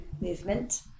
movement